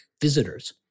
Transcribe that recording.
visitors